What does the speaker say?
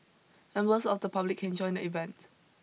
members of the public can join the event